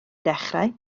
dechrau